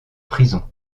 prison